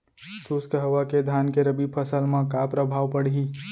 शुष्क हवा के धान के रबि फसल मा का प्रभाव पड़ही?